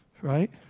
right